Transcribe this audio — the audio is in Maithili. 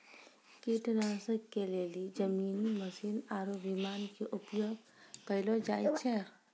कीटनाशक के लेली जमीनी मशीन आरु विमान के उपयोग कयलो जाय छै